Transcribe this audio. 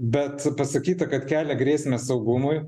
bet pasakyta kad kelia grėsmę saugumui